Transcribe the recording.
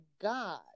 God